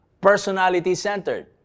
personality-centered